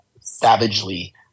savagely